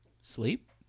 Sleep